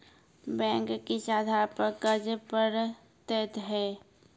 Bank किस आधार पर कर्ज पड़तैत हैं?